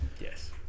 Yes